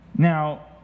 Now